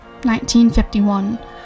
1951